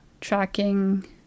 tracking